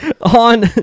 On